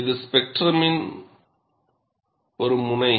இது ஸ்பெக்ட்ரமின் ஒரு முனை